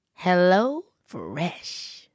HelloFresh